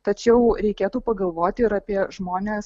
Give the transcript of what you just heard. tačiau reikėtų pagalvoti ir apie žmones